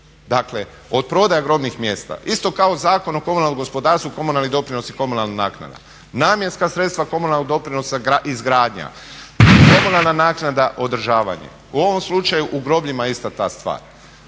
Dakle od prodaje grobnih mjesta, isto kao Zakon o komunalnom gospodarstvu, komunalni doprinosi i komunalna naknada, namjenska sredstva komunalnog doprinosa, izgradnja, komunalna naknada, održavanje. U ovom slučaju u grobljima je ista ta stvar.